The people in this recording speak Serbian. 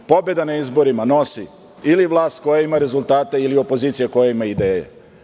Pobedu na izborima nosi ili vlast koja ima rezultate ili opozicija koja ima ideje.